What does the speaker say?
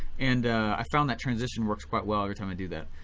and i found that transition works quite well every time i do that.